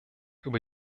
über